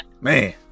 man